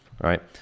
right